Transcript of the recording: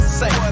say